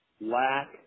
lack